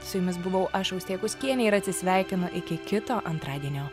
su jumis buvau aš austėja kuskienė ir atsisveikinu iki kito antradienio